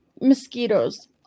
mosquitoes